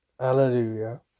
Alleluia